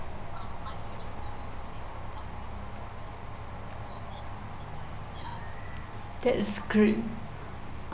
that's great